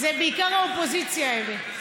זה בעיקר האופוזיציה האלה.